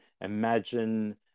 imagine